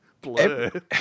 blur